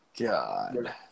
God